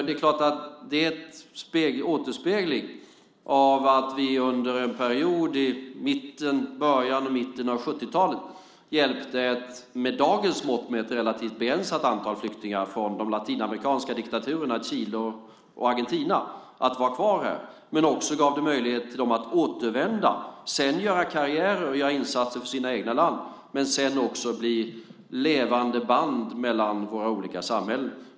Det är en återspegling av att vi under en period i början och mitten av 70-talet hjälpte ett med dagens mått mätt relativt begränsat antal flyktingar från de latinamerikanska diktaturerna Chile och Argentina att vara kvar här. Men det gavs också möjlighet för dem att återvända, göra karriärer och insatser för sina egna länder och sedan bli levande band mellan våra olika samhällen.